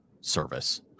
service